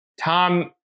Tom